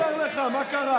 אני עוזר לך, מה קרה?